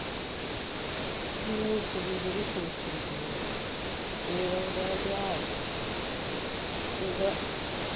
मनुश्य दी जेह्ड़ी संस्कृति ऐ ते जेह्ड़ा ओह्दा इतिहास ऐ ओह्दा